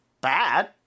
bad